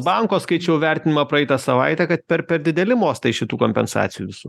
banko skaičiau vertinimą praeitą savaitę kad per per dideli mostai šitų kompensacijų visų